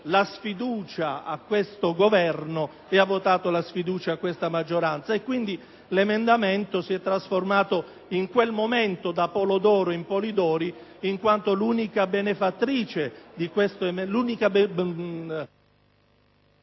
la sfiducia a questo Governo ed a questa maggioranza. Quindi, l'emendamento si è trasformato in quel momento da «polo d'oro» in «Polidori», in quanto l'unica benefattrice di questo*...